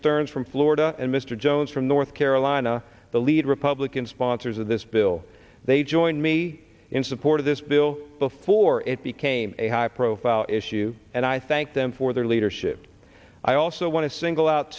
stearns from florida and mr jones from north carolina the lead republican sponsors of this bill they joined me in support of this bill before it became a high profile issue and i thank them for their leadership i also want to single out